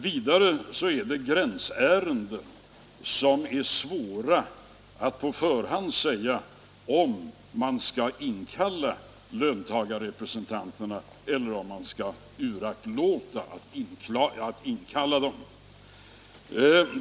Vidare finns det gränsärenden, där det är svårt att på förhand säga om man skall inkalla löntagarrepresentanterna eller uraktlåta att inkalla dem.